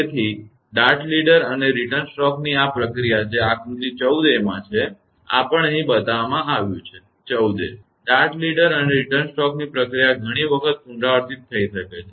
તેથી dart leader અને return સ્ટ્રોકની આ પ્રક્રિયા જે આકૃતિ 14 a છે આ પણ અહીં બતાવવામાં આવ્યું છે 14 a ડાર્ટ લીડર અને રીટર્ન સ્ટ્રોકની પ્રક્રિયા ઘણી વખત પુનરાવર્તિત થઈ શકે છે